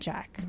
Jack